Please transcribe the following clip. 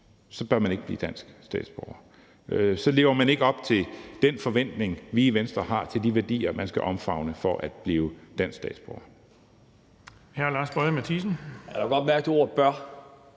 så bør man ikke blive dansk statsborger. For så lever man ikke op til den forventning, vi i Venstre har i forhold til de værdier, man skal omfavne for at blive dansk statsborger.